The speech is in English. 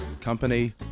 company